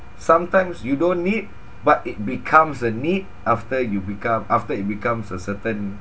sometimes you don't need but it becomes a need after you become after it becomes a certain